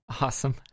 awesome